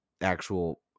actual